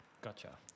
Gotcha